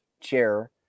chair